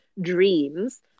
dreams